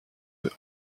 eux